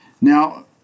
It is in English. Now